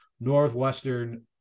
northwestern